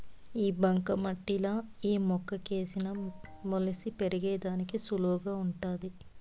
ఈ బంక మట్టిలా ఏ మొక్కేసిన మొలిసి పెరిగేదానికి సులువుగా వుంటాది